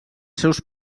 seus